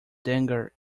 dagger